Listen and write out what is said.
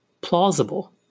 plausible